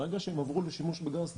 ברגע שהם עברו לשימוש בגז טבעי,